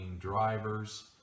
drivers